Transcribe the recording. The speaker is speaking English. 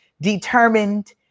determined